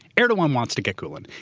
erdogan wants to get gulen.